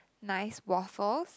nice waffles